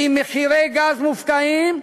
כי עם מחירי גז מופקעים,